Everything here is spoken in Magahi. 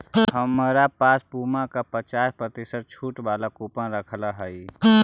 हमरा पास पुमा का पचास प्रतिशत छूट वाला कूपन रखल हई